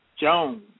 Jones